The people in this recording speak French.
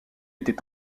était